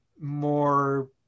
more